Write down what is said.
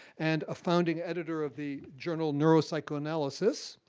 and a founding editor of the journal neuropsychoanalysis.